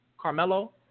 Carmelo